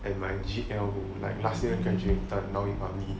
and my G_L who like last year graduated now he army